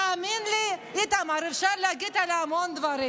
תאמין לי, איתמר, אפשר להגיד עליי המון דברים,